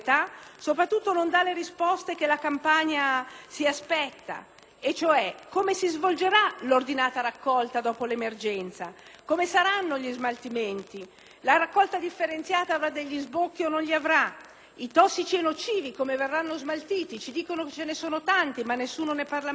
soprattutto, non dà le risposte che la Campania si aspetta. In particolare, come si svolgerà l'ordinata raccolta dopo l'emergenza? Come saranno gli smaltimenti? La raccolta differenziata avrà sbocchi o non li avrà? Come verranno smaltiti ci dicono che ce ne sono tanti, ma nessuno ne parla mai